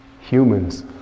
Humans